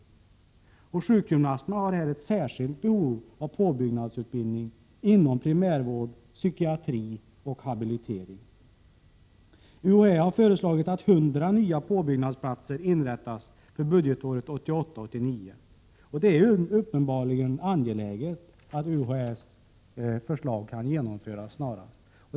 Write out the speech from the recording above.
Sjukgymnasterna har ett särskilt behov av påbyggnadsutbildning inom primärvård, psykiatri och habilitering. UHÄ har föreslagit att 100 nya påbyggnadsutbildningsplatser inrättas under budgetåret 1988/89. Det är uppenbarligen angeläget att UHÄ:s förslag kan genomföras snarast.